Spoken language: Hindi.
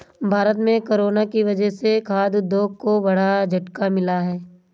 भारत में कोरोना की वजह से खाघ उद्योग को बड़ा झटका मिला है